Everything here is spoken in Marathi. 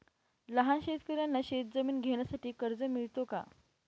लहान शेतकऱ्यांना शेतजमीन घेण्यासाठी कर्ज मिळतो का?